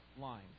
line